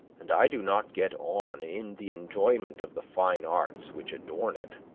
and i do not get on in the enjoyment of the fine arts which adorn it,